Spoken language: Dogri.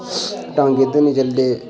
टांगे इद्धर निं चलदे